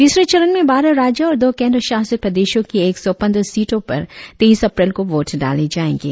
तीसरे चरण में बारह राज्यों और दो केद्र शासित प्रदेशों की एक सौ पंद्रह सीटों पर तेईस अप्रैल को वोट डाले जाएंगे